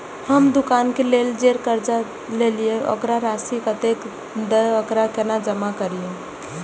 हम दुकान के लेल जे कर्जा लेलिए वकर राशि कतेक छे वकरा केना जमा करिए?